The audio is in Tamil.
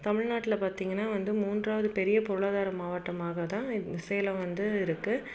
தமிழ்நாட்டில் பார்த்திங்கன்னா வந்து மூன்றாவது பெரிய பொருளாதார மாவட்டமாகத்தான் இந்த சேலம் வந்து இருக்குது